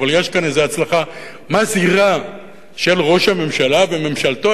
אבל יש פה איזו הצלחה מזהירה של ראש הממשלה וממשלתו,